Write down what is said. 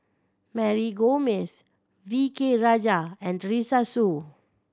Mary Gomes V K Rajah and Teresa Hsu